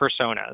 personas